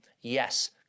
Yes